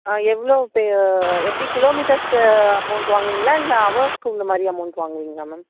ஆ எவ்வளோ பெ எப்படி கிலோமீட்டர்ஸ்க்கு அமௌண்ட் வாங்குவிங்களா இல்லை ஹவர்ஸ்க்கு அந்தமாதிரி அமௌண்ட் வாங்குவிங்களா மேம்